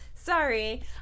Sorry